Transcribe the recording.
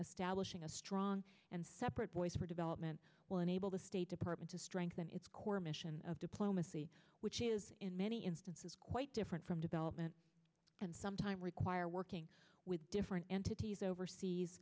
establishing a strong and separate voice for development will enable the state department to strengthen its core mission of diplomacy which is in many instances quite different from development and sometimes require working with different entities overseas